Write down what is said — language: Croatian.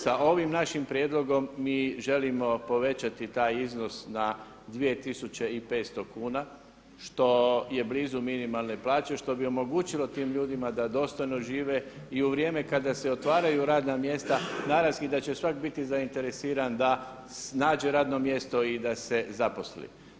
Sa ovim našim prijedlogom mi želimo povećati taj iznos na 2500kn što je blizu minimalne plaće što bi omogućilo tim ljudima da dostojno žive i u vrijeme kada se otvaraju radna mjesta naravno da će svatko biti zainteresiran da nađe radno mjesto i da se zaposli.